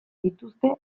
dituzte